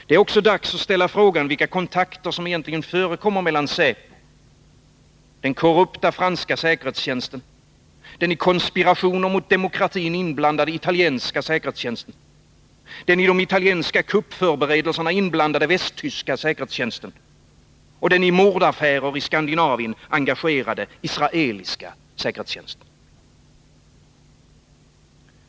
Det är också dags att ställa frågan vilka kontakter som egentligen förekommer mellan säpo, den korrupta franska säkerhetstjänsten, den i konspirationer mot demokratin inblandade italienska säkerhetstjänsten, den i de italienska kuppförberedelserna inblandade västtyska säkerhetstjänsten och den i mordaffärer i Skandinavien engagerade israeliska säkerhetstjänsten.